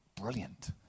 Brilliant